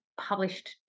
published